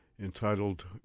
entitled